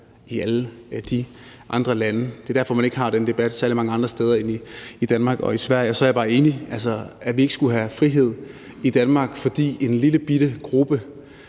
i alle de andre lande. Det er derfor, man ikke har den debat særlig mange andre steder end i Danmark og Sverige. Og så er jeg bare ikke enig – altså i, at vi ikke skulle have frihed i Danmark, fordi en lillebitte gruppe